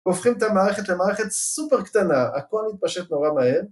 הופכים את המערכת למערכת סופר קטנה, הכל מתפשט נורא מהר